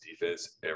defense